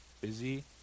Busy